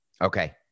Okay